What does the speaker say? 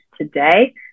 today